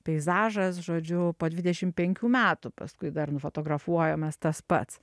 peizažas žodžiu po dvidešim penkių metų paskui dar nufotografuojamas tas pats